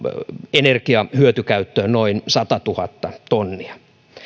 energiahyötykäyttöön noin satatuhatta tonnia